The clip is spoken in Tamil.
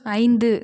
ஐந்து